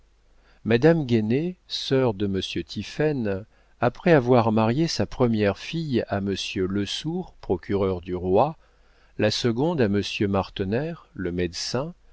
madame guénée sœur de monsieur tiphaine après avoir marié sa première fille à monsieur lesourd procureur du roi la seconde à monsieur martener le médecin